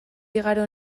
igaro